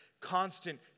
constant